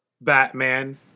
Batman